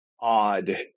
odd